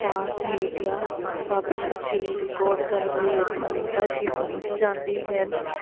ਤਾਂ ਮੀਡੀਆ ਸਭ ਕੁਝ ਰਿਕੋਡ ਕਰਨ ਲਈ ਉੱਥੇ ਮਿੰਟਾਂ 'ਚ ਹੀ ਪਹੁੰਚ ਜਾਂਦੀ ਹੈ